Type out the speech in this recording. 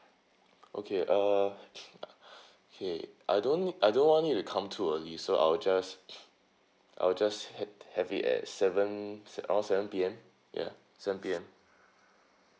okay uh okay I don't I don't want you to come too early so I'll just I'll just had have it at seven around seven P_M ya seven P_M